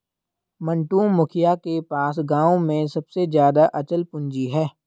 मंटू, मुखिया के पास गांव में सबसे ज्यादा अचल पूंजी है